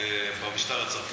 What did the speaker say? במשטר הצרפתי.